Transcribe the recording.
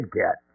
get